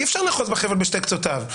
אי אפשר לאחוז בחבל בשני קצותיו.